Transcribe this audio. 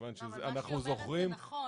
מכיוון שאנחנו זוכרים -- מה שהיא אומרת זה נכון